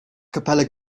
capella